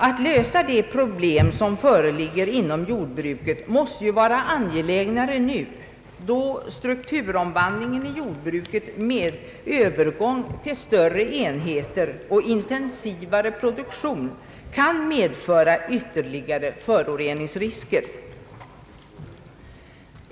Att lösa de problem som föreligger inom jordbruket måste vara angelägnare nu, då strukturomvandlingen i jordbruket med övergång till större enheter i intensivare produktion kan medföra ytterligare föroreningsrisker.